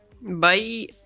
Bye